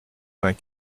vingt